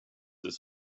its